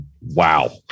Wow